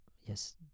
Yes